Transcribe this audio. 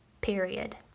period